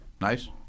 Nice